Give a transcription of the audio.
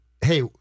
hey—